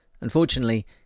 Unfortunately